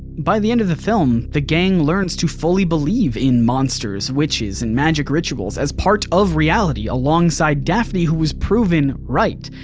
by the end of the film, the gang learns to fully believe in monsters, witches, and magic rituals as part of reality alongside daphne who was proven right.